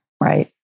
Right